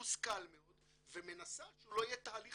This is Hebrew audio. מושכל מאוד ומנסה שהוא לא יהיה תהליך